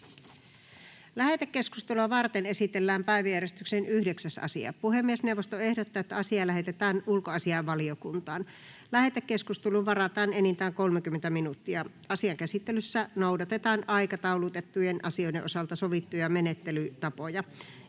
Lähetekeskustelua varten esitellään päiväjärjestyksen 15. asia. Puhemiesneuvosto ehdottaa, että asia lähetetään talousvaliokuntaan. Lähetekeskusteluun varataan enintään 30 minuuttia. Asian käsittelyssä noudatetaan aikataulutettujen asioiden osalta sovittuja menettelytapoja.